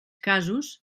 casos